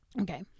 Okay